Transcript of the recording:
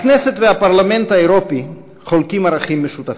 הכנסת והפרלמנט האירופי חולקים ערכים משותפים,